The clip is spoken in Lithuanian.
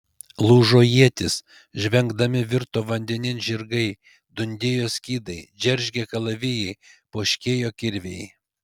lūžo ietys žvengdami virto vandenin žirgai dundėjo skydai džeržgė kalavijai poškėjo kirviai